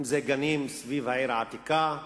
אם גנים סביב העיר העתיקה,